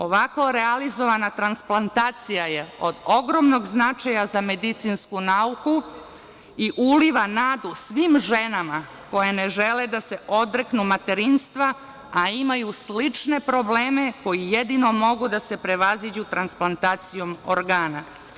Ovako realizovana transplantacija je od ogromnog značaja za medicinsku nauku i uliva nadu svim ženama koje ne žele da se odreknu materinstva, a imaju slične probleme koje jedino mogu da se prevaziđu transplantacijom organa.